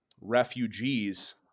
refugees